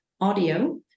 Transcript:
audio